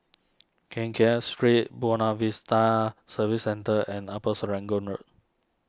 Keng Kiat Street Buona Vista Service Centre and Upper Serangoon Road